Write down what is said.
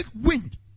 wind